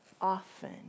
often